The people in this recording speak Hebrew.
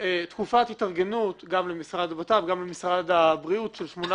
תקופת התארגנות גם למשרד לביטחון פנים וגם למשרד הבריאות של שמונה